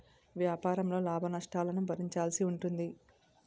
వ్యాపారంలో లాభనష్టాలను భరించాల్సి ఉంటుంది